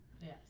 yes